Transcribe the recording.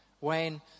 Wayne